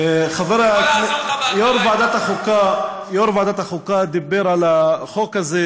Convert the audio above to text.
חברי יו"ר ועדת החוקה דיבר על החוק הזה,